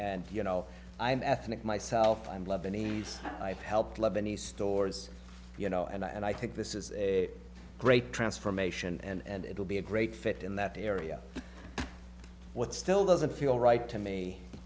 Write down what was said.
and you know i'm ethnic myself i'm lebanese i've helped lebanese stores you know and i think this is a great transformation and it will be a great fit in that area what still doesn't feel right to me